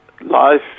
life